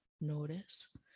notice